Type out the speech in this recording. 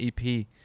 EP